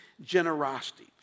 generosity